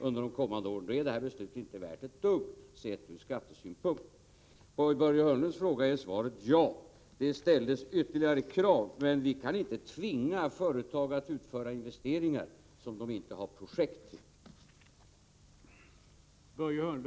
Då är de nu aktuella besluten inte värda ett dugg, sett från skattesynpunkt. På Börje Hörnlunds fråga är svaret ja. Det ställdes ytterligare krav, men vi kan inte tvinga företag att utföra investeringar som de inte har projekt till.